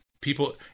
people